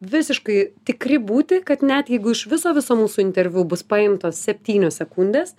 visiškai tikri būti kad net jeigu iš viso viso mūsų interviu bus paimtos septynios sekundės